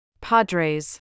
Padres